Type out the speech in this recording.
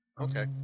Okay